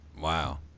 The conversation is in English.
Wow